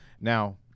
now